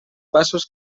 passos